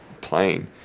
playing